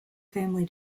family